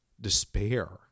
despair